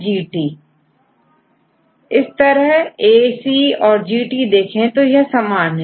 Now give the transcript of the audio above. स्टूडेंटGT सही अब यदिAC औरGT देखें तो यह समान हैं